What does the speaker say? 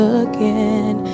again